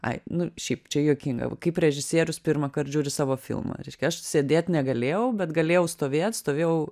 ai nu šiaip čia juokinga kaip režisierius pirmą kart žiūri savo filmą reiškia aš sėdėt negalėjau bet galėjau stovėt stovėjau